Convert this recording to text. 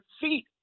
feet